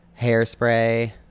Hairspray